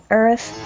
earth